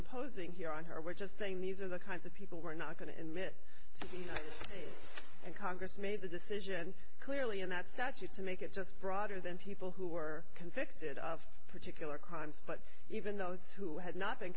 imposing here on her we're just saying these are the kinds of people we're not going to admit and congress made the decision clearly in that statute to make it just broader than people who were convicted of particular crimes but even those who had not been